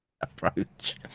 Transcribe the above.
approach